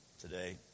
today